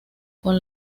con